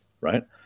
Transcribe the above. right